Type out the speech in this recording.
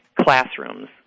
classrooms